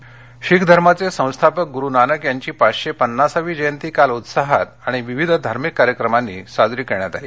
गरुनानक जयंती शीख धर्माचे संस्थापक गुरु नानक यांची पाचशे पन्नासावी जयंती काल उत्साहात आणि विविध धार्मिक कार्यक्रमांनी साजरी करण्यात आली